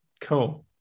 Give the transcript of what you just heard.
Cool